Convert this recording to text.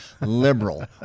liberal